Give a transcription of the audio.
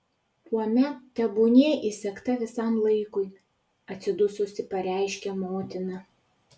tuomet tebūnie įsegta visam laikui atsidususi pareiškia motina